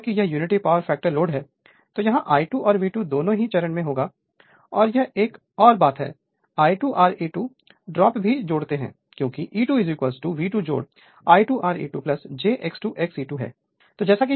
और जैसा कि यह यूनिटी पावर फैक्टर लोड है तो यह I2 और V2 दोनों चरण में होगा और यह एक और बात है I2 Re2 ड्रॉप भी जोड़ते हैं क्योंकि E2 V2 I2 Re2 j I2 XE2 है